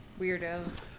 Weirdos